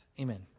Amen